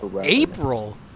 April